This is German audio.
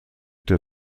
der